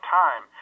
time